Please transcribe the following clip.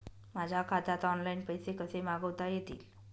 माझ्या खात्यात ऑनलाइन पैसे कसे मागवता येतील?